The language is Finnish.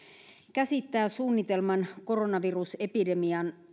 käsittää suunnitelman koronavirusepidemian